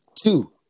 Two